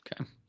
Okay